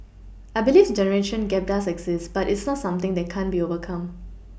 I believe the generation gap does exist but it's not something that can't be overcome